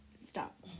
Stop